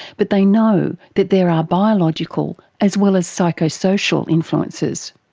but they know that there are biological as well as psychosocial influences.